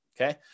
okay